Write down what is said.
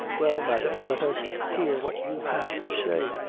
well, madame, let us hear what you have to say.